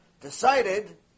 decided